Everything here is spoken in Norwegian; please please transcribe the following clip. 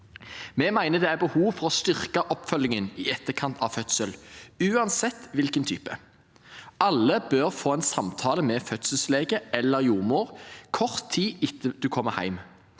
Vi mener det er behov for å styrke oppfølgingen i etterkant av fødsel, uansett hvilken type. Alle bør få en samtale med fødselslege eller jordmor kort tid etter at man kommer hjem.